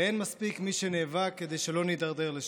ואין מספיק מי שנאבק כדי שלא נידרדר לשם.